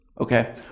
okay